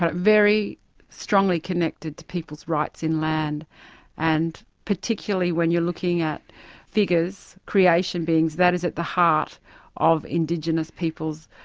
but very strongly connected to people's rights in land and particularly when you're looking at figures, creation beings, that is at the heart of indigenous peoples'